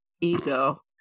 ego